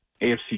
AFC